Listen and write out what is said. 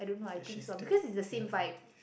d~ she's that innovative